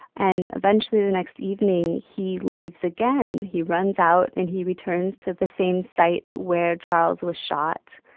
and eventually, the next evening, he leaves again. he runs out. and he returns to the same site where charles was shot.